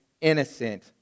innocent